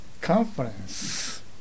conference